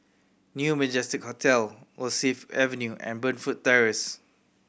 New Majestic Hotel Rosyth Avenue and Burnfoot Terrace